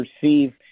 perceive